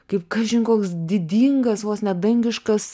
kaip kažin koks didingas vos ne dangiškas